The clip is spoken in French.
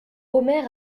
omer